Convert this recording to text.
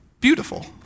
beautiful